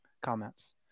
comments